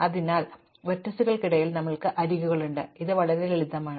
അതിനാൽ വെർട്ടീസുകൾക്കിടയിൽ ഞങ്ങൾക്ക് അരികുകളുണ്ട് അതിനാൽ ഇത് വളരെ ലളിതമാണ്